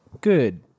Good